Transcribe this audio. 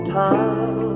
time